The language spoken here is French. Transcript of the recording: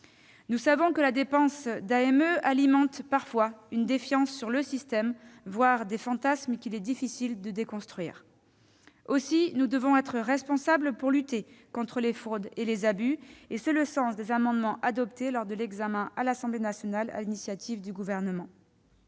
maladie. La dépense d'AME alimente parfois une défiance, voire des fantasmes qu'il est difficile de déconstruire. Aussi, nous devons être responsables pour lutter contre les fraudes et les abus. C'est le sens des amendements adoptés, lors de l'examen à l'Assemblée nationale, sur l'initiative du Gouvernement.